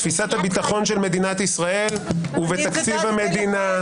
בתפיסת הביטחון של מדינת ישראל, ובתקציב המדינה.